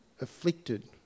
afflicted